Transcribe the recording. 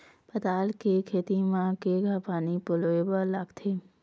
पताल के खेती म केघा पानी पलोए बर लागथे?